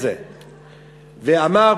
ואמר,